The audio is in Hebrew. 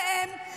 דעתי עליהם,